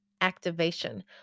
activation